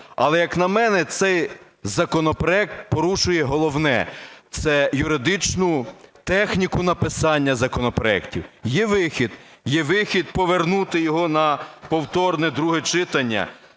Але, як на мене, цей законопроект порушує головне це юридичну техніку написання законопроектів. Є вихід. Є вихід повернути його на повторне друге читання.